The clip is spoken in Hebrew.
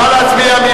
נא להצביע.